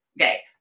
okay